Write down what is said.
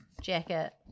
jacket